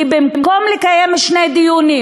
כי במקום לקיים שני דיונים,